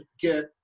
get